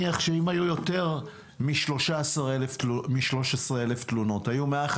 למעשה כל אחד ואחד מאיתנו או כל מי שעוסק במתן שירות לאדם מבוגר